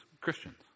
Christians